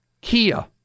Kia